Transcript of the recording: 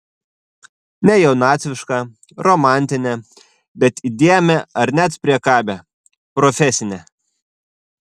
ne jaunatvišką romantinę bet įdėmią ar net priekabią profesinę